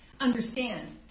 understand